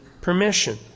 permission